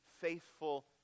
faithful